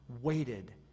waited